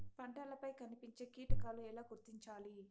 పంటలపై కనిపించే కీటకాలు ఎలా గుర్తించాలి?